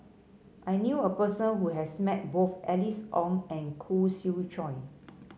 I knew a person who has met both Alice Ong and Khoo Swee Chiow